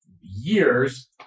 years